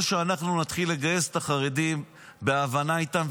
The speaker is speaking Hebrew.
-- או שאנחנו נתחיל לגייס את החרדים בהבנה איתם?